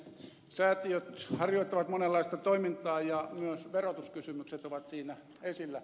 säätiöt harjoittavat monenlaista toimintaa ja myös verotuskysymykset ovat siinä esillä